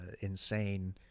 insane